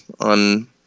on